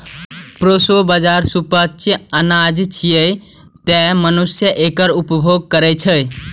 proso बाजारा सुपाच्य अनाज छियै, तें मनुष्य एकर उपभोग करै छै